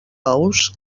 ous